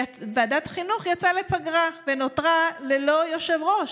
וועדת החינוך יצאה לפגרה ונותרה ללא יושב-ראש